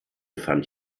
fand